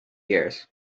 years